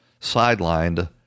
sidelined